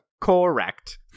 Correct